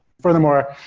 furthermore,